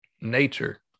nature